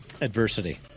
adversity